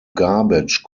garbage